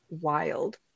wild